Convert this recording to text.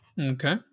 Okay